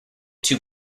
two